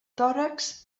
tòrax